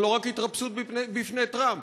זאת לא רק התרפסות בפני טראמפ,